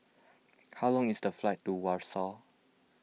how long is the flight to Warsaw